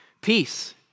Peace